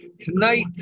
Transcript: Tonight